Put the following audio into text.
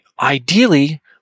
ideally